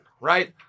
right